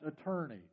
attorney